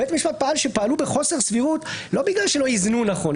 בית המשפט טען שהם פעלו בחוסר סבירות לא בגלל שלא איזנו נכון,